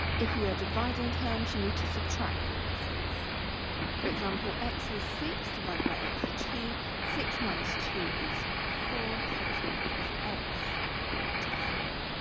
if we are dividing terms. you need to subtract the indices for example x is six divided by x two six minus two is four so it's going to give us x to the four